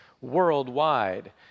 worldwide